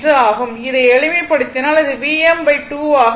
இதை எளிமைப்படுத்தினால் அது Vm2 ஆக இருக்கும்